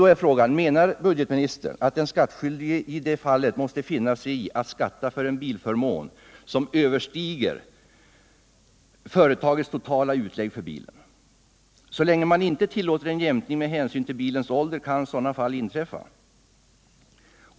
Då är frågan: Menar budgetministern att den skattskyldige i detta fall måste finna sig i att skatta fören bilförmån som överstiger företagets totala utlägg för bilen? Så länge man inte tillåter en jämkning med hänsyn till bilens ålder kan sådana fall inträffa.